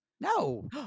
No